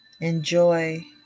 Enjoy